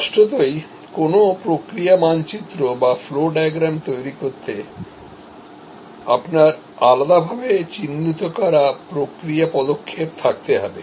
স্পষ্টতই কোনও প্রক্রিয়া মানচিত্র বা ফ্লো ডায়াগ্রাম তৈরি করতে আপনার আলাদাভাবে চিহ্নিত করা প্রক্রিয়া পদক্ষেপ থাকতে হবে